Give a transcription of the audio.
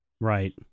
right